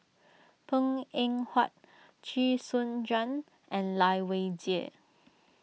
Png Eng Huat Chee Soon Juan and Lai Weijie